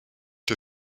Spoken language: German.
der